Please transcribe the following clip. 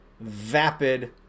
vapid